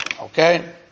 okay